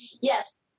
Yes